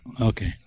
Okay